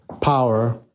power